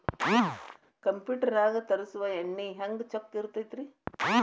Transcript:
Computer ನಾಗ ತರುಸುವ ಎಣ್ಣಿ ಹೆಂಗ್ ಚೊಕ್ಕ ಇರತ್ತ ರಿ?